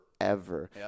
forever